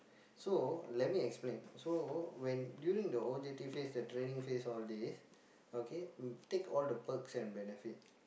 so let me explain so when during the O_J_T phase the training phase all these okay take all the perks and benefit